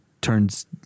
turns